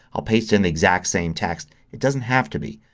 i'll paste in the exact same text. it doesn't have to be.